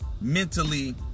mentally